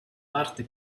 parte